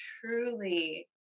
truly